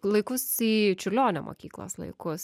laikus į čiurlionio mokyklos laikus